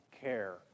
care